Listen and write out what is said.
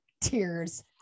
tears